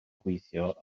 gweithio